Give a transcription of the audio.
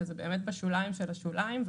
שזה באמת בשוליים של השוליים.